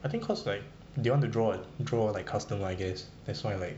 I think cause like they want to draw draw like customer I guess that's why like